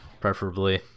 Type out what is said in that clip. preferably